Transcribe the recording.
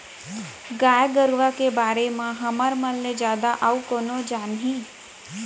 गाय गरूवा के बारे म हमर ले जादा अउ कोन जानही